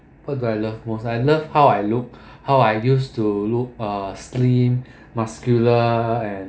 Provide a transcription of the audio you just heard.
what do I love most I love how I look how I used to look uh slim muscular and